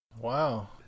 Wow